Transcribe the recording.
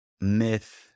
myth